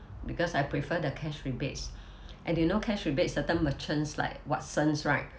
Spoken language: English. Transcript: because I prefer the cash rebates and you know cash rebates certain merchants like watsons right